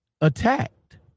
attacked